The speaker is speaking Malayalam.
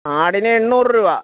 ആടിന് എണ്ണൂറ് രൂപ